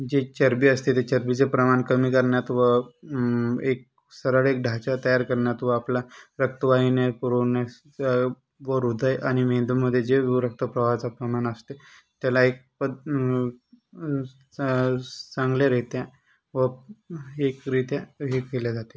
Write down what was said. जे चरबी असते ते चरबीचे प्रमाण कमी करण्यात व एक सरळ एक ढाँचा तयार करण्यात व आपला रक्तवाहिन्या पुरोण्यास व हृदय आणि मेंदुमध्ये जे रक्तप्रवाहाचा प्रमाण असते त्याला एक चांगल्यारीत्या व एक रीत्या हे केले जाते